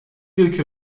yılki